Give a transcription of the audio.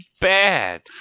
bad